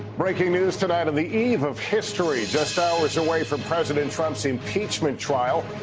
breaking news tonight on the eve of history, just hours away from president trump's impeachment trial,